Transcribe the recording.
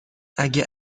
اگه